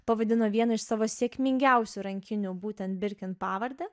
pavadino vieną iš savo sėkmingiausių rankinių būtent birkin pavarde